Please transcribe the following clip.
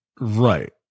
Right